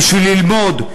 בשביל ללמוד,